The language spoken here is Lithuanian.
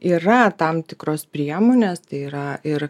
yra tam tikros priemonės tai yra ir